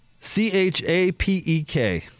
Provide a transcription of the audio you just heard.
C-H-A-P-E-K